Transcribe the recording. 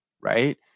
right